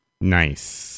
Nice